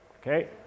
Okay